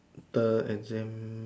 the exam